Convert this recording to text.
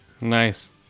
Nice